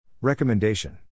Recommendation